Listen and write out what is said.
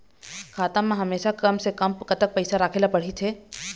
खाता मा हमेशा कम से कम कतक पैसा राखेला पड़ही थे?